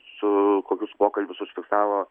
su kokius pokalbius užfiksavo